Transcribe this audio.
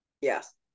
Yes